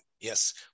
Yes